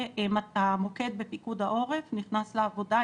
והמוקד בפיקוד העורף נכנס לעבודה,